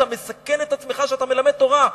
אתה מסכן את עצמך כשאתה מלמד תורה,